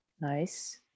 Nice